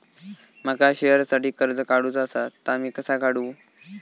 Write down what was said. माका शेअरसाठी कर्ज काढूचा असा ता मी कसा काढू?